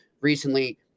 recently